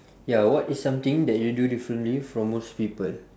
ya what is something that you do differently from most people